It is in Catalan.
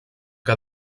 que